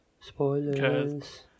Spoilers